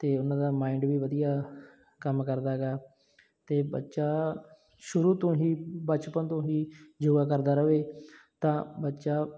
ਅਤੇ ਉਹਨਾਂ ਦਾ ਮਾਇੰਡ ਵੀ ਵਧੀਆ ਕੰਮ ਕਰਦਾ ਗਾ ਅਤੇ ਬੱਚਾ ਸ਼ੁਰੂ ਤੋਂ ਹੀ ਬਚਪਨ ਤੋਂ ਹੀ ਯੋਗਾ ਕਰਦਾ ਰਵੇ ਤਾਂ ਬੱਚਾ